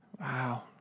Wow